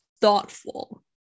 thoughtful